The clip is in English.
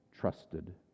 trusted